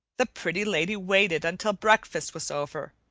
the pretty lady waited until breakfast was over,